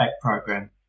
program